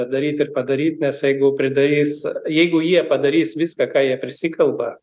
daryt ir padaryt nes jeigu pridarys jeigu jie padarys viską ką jie prisikalba